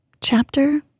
Chapter